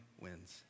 wins